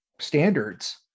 standards